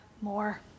more